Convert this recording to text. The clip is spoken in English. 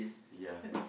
ya